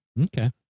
Okay